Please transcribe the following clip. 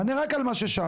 תענה רק על מה ששאלתי.